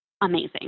amazing